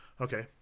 okay